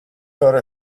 other